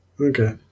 Okay